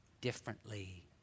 differently